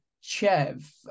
Chev